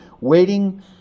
waiting